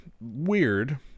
weird